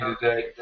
today